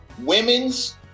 Women's